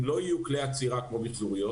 אם לא יהיו כלי אצירה כמו מיחזוריות,